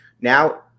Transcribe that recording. now